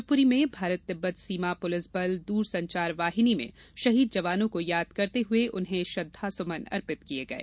शिवपुरी में भारत तिब्बत सीमा पुलिस बल दूर संचार वाहिनी में शहीद जवानों को याद करते हुए उन्हें श्रद्वासुमन अर्पित किये गये